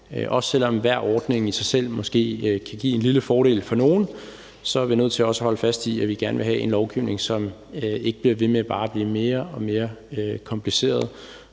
Også selv om hver ordning i sig selv måske kan give en lille fordel for nogle, er vi nødt til også at holde fast i, at vi gerne have en lovgivning, som ikke bliver ved med bare at blive mere og mere kompliceret,